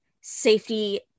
safety